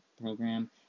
program